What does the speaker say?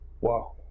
Wow